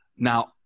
Now